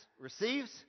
receives